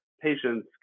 patients